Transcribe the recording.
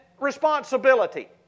responsibility